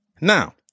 Now